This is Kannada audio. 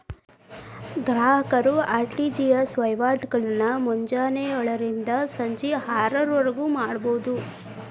ಗ್ರಾಹಕರು ಆರ್.ಟಿ.ಜಿ.ಎಸ್ ವಹಿವಾಟಗಳನ್ನ ಮುಂಜಾನೆ ಯೋಳರಿಂದ ಸಂಜಿ ಆರಗಂಟಿವರ್ಗು ಮಾಡಬೋದು